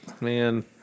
man